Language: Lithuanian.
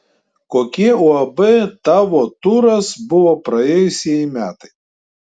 kokie uab tavo turas buvo praėjusieji metai